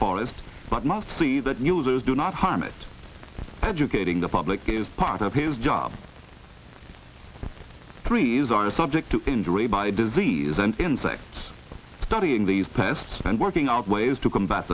forest but mostly that users do not harm it educating the public is part of his job three years are subject to injury by disease and insects studying these pests and working out ways to combat